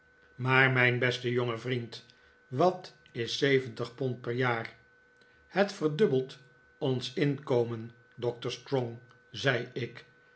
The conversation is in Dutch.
maar mijn beste jonge vriend wat is zeventig pond per jaar het verdubbelt ons inkomen doctor strong zei ik